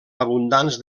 abundants